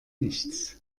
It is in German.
nichts